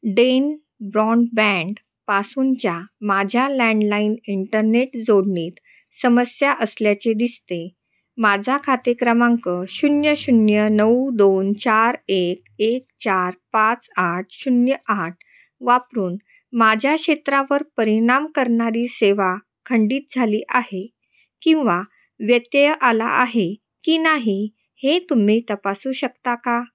Den ब्राँडबँडपासूनच्या माझ्या landline internet जोडणीत समस्या असल्याचे दिसते माझा खाते क्रमांक शून्य शून्य नऊ दोन चार एक एक चार पाच आठ शून्य आठ वापरून माझ्या क्षेत्रावर परिणाम करणारी सेवा खंडित झाली आहे किंवा व्यत्यय आला आहे की नाही हे तुम्ही तपासू शकता का